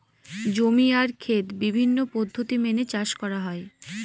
জমি আর খেত বিভিন্ন পদ্ধতি মেনে চাষ করা হয়